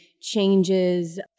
changes